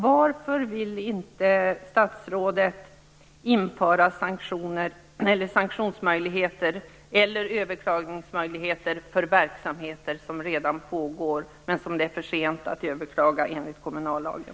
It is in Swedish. Varför vill inte statsrådet införa sanktionsmöjligheter eller möjligheter att överklaga när det gäller verksamheter som redan pågår, men där det är för sent att överklaga enligt kommunallagen?